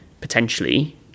potentially